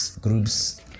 groups